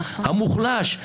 המוחלש.